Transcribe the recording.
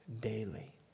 daily